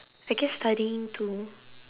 I guess studying too